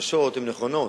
החששות הם נכונים,